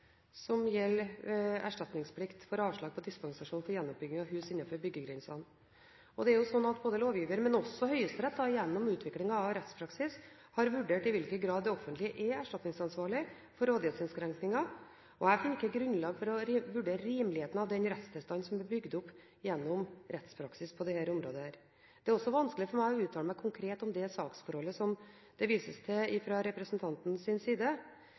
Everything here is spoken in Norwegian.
som gjelder erstatningsplikt for avslag på dispensasjon for gjenoppbygging av hus innenfor byggegrensene. Både lovgiver og Høyesterett har gjennom utviklingen av rettspraksis vurdert i hvilken grad det offentlige er erstatningsansvarlig for rådighetsinnskrenkninger, og jeg finner ikke grunnlag for å vurdere rimeligheten av den rettstilstanden som er bygd opp gjennom rettspraksis på dette området. Det er også vanskelig for meg å uttale meg konkret om det saksforholdet som det vises til fra representantens side.